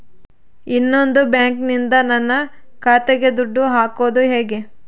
ಇನ್ನೊಂದು ಬ್ಯಾಂಕಿನಿಂದ ನನ್ನ ಖಾತೆಗೆ ದುಡ್ಡು ಹಾಕೋದು ಹೇಗೆ?